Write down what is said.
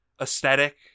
aesthetic